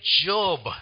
job